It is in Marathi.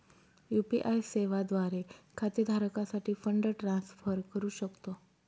यू.पी.आय सेवा द्वारे खाते धारकासाठी फंड ट्रान्सफर करू शकतो